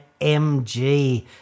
MG